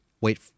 wait